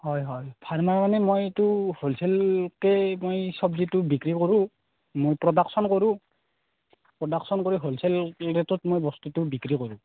হয় হয় ভাল তাৰ মানে মই এইটো হলচেলকে মই চব্জিটো বিক্ৰী কৰোঁ মই প্ৰডাকশ্যন কৰোঁ প্ৰডাকশ্যন কৰি মই হলচেল ৰেটত মই বিক্ৰী কৰোঁ